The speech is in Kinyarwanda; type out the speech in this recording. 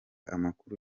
amakuru